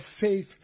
faith